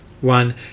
One